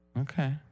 Okay